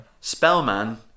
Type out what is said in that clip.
Spellman